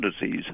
disease